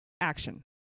action